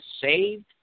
saved